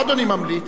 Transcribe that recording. מה אדוני ממליץ?